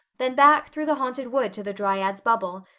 then back through the haunted wood to the dryad's bubble,